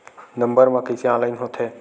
Number मा कइसे online होथे?